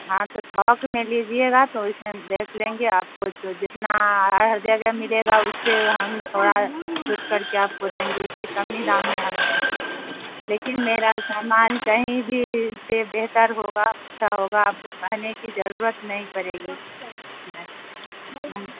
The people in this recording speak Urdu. ہاں تو تھوک میں لیجیے گا تو اسے ہم دیکھ لیں گے آپ کو جو جتنا ہر جگہ ملے گا اس سے ہم تھورا چھوٹ کر کے آپ کو دیں گے اس سے کم ہی دام میں ہم دیں گے لیکن میرا سامان کہیں بھی سے بہتر ہوگا اچھا ہوگا آپ کو کہنے کی جرورت نہیں پرے گی اس میں